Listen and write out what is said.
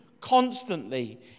constantly